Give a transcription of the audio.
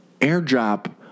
airdrop